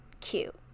cute